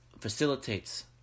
facilitates